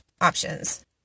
options